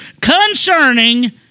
concerning